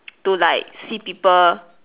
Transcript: to like see people